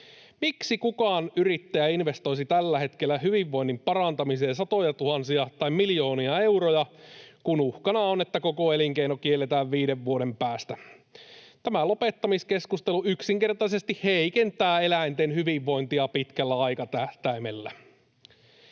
Miksi kukaan yrittäjä investoisi tällä hetkellä hyvinvoinnin parantamiseen satojatuhansia tai miljoonia euroja, kun uhkana on, että koko elinkeino kielletään viiden vuoden päästä? Tämä lopettamiskeskustelu yksinkertaisesti heikentää eläinten hyvinvointia pitkällä aikatähtäimellä.